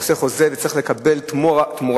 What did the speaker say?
עושה חוזה וצריך לקבל תמורתו